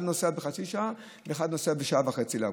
אחד נוסע חצי שעה ואחר נוסע שעה וחצי לעבודה.